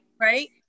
right